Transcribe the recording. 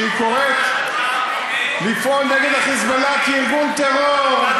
שהיא קוראת לפעול נגד ה"חיזבאללה" כארגון טרור.